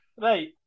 right